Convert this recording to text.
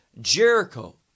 jericho